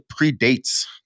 predates